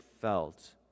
felt